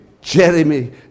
Jeremy